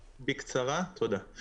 חלה,